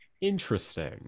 Interesting